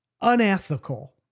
Unethical